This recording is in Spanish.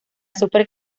sufre